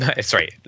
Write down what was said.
sorry